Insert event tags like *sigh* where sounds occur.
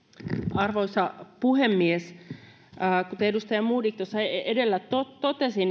arvoisa puhemies kuten edustaja modig tuossa edellä totesi *unintelligible*